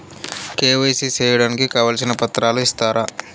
KYC సేయడానికి కావాల్సిన పత్రాలు ఇస్తారా?